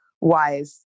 wise